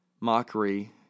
mockery